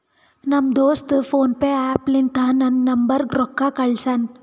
ನಮ್ ದೋಸ್ತ PhonePe app ಲಿಂತಾ ನನ್ ನಂಬರ್ಗ ರೊಕ್ಕಾ ಕಳ್ಸ್ಯಾನ್